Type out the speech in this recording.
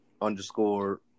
underscore